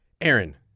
Aaron